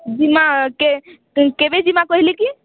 ଯିମା କେଭେ ଯିମା କହେଲେ କି